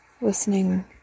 listening